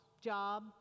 job